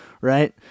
Right